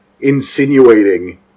insinuating